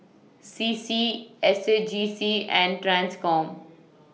C C S A J C and TRANSCOM